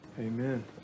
Amen